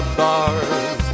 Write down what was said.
bars